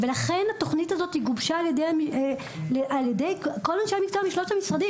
לכן התוכנית הזאת גובשה על ידי כל אנשי המקצוע משלושת המשרדים.